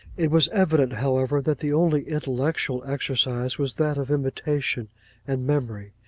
it was evident, however, that the only intellectual exercise was that of imitation and memory.